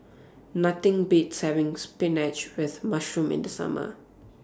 Nothing Beats having Spinach with Mushroom in The Summer